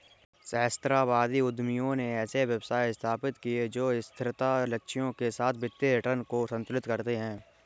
सहस्राब्दी उद्यमियों ने ऐसे व्यवसाय स्थापित किए जो स्थिरता लक्ष्यों के साथ वित्तीय रिटर्न को संतुलित करते हैं